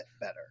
better